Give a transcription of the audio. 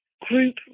group